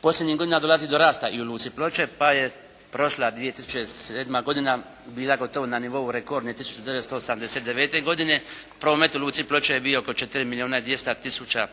Posljednjih godina dolazi do rasta i u Luci Ploče pa je prošla 2007. godina bila gotovo na nivou rekordne 1989. godine. Promet u luci Ploče je bio oko 4 milijuna 200 tisuća